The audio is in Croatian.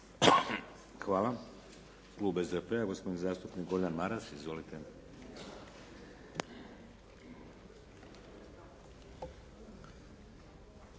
Hvala. Klub SDP-a, gospodin zastupnik Gordan Maras. Izvolite.